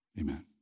amen